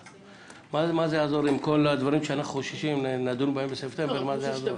מה זה יעזור אם כל הדברים שאנחנו חוששים מהם נדון בספטמבר מה זה יעזור?